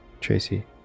Tracy